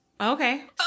Okay